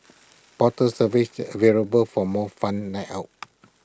bottle service available for more fun night out